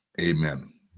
amen